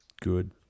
good